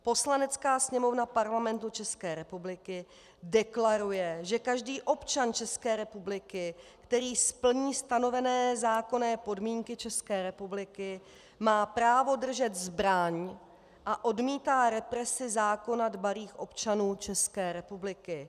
Poslanecká sněmovna Parlamentu České republiky deklaruje, že každý občan České republiky, který splní stanovené zákonné podmínky České republiky, má právo držet zbraň, a odmítá represi zákonadbalých občanů České republiky.